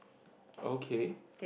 okay